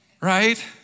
right